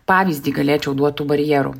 pavyzdį galėčiau duot barjerų